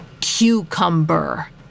Cucumber